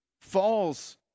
falls